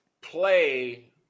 play